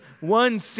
one